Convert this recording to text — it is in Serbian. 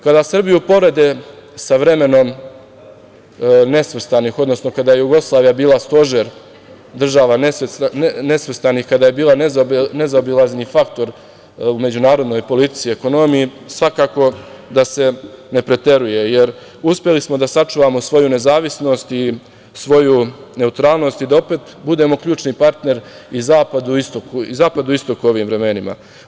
Kada Srbiju porede sa vremenom nesvrstanih, odnosno kada je Jugoslavija bila stožer država nesvrstanih, kada je bila nezaobilazni faktor u međunarodnoj politici i ekonomiji svakako da se ne preteruje, jer uspeli smo da sačuvamo svoju nezavisnost i svoju neutralnost i da opet budemo ključni partner i Zapadu i Istoku u ovim vremenima.